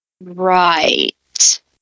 Right